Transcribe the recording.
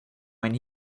when